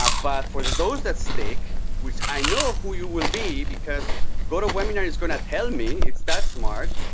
ah but for those that stick, which i know who you will be, because goto webinar is going to tell me, it's that smart.